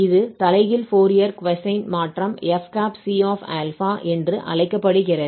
இது தலைகீழ் Fourier cosine மாற்றம் fc∝ என்று அழைக்கப்படுகிறது